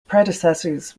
predecessors